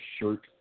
shirt